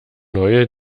neue